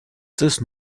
წლის